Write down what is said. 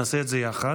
נעשה את זה יחד,